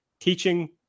teaching